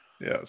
yes